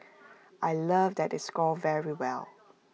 I love that they scored very well